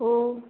हो